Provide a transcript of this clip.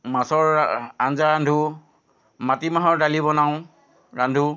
মাছৰ আঞ্জা ৰান্ধো মাটি মাহৰ দালি বনাওঁ ৰান্ধো